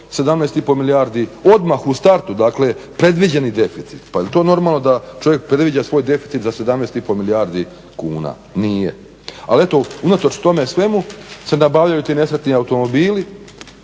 17,5 milijardi odmah u startu dakle predviđeni deficit, pa jel to normalno da čovjek predviđa svoj deficit za 17,5 milijardi kuna. Nije, ali eto unatoč tome svemu se nabavljaju ti nesretni automobili,